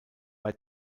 bei